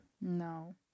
No